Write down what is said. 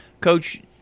Coach